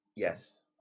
Yes